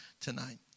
tonight